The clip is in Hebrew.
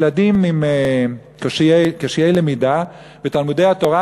ילדים עם קשיי למידה בתלמודי-התורה